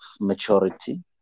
maturity